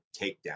takedown